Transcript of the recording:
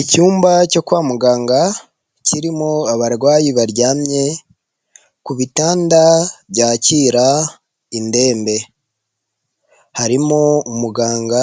Iyumba cyo kwa muganga, kirimo abarwayi baryamye, ku bitanda byakira indembe. Harimo umuganga